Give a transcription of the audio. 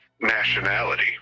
nationality